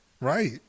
Right